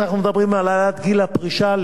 אנחנו מדברים על העלאת גיל הפרישה,